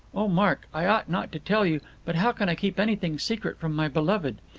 oh, mark, i ought not to tell you, but how can i keep anything secret from my beloved?